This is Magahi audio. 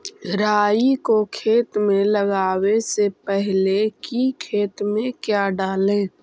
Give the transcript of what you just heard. राई को खेत मे लगाबे से पहले कि खेत मे क्या डाले?